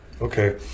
Okay